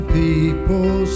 people